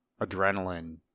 adrenaline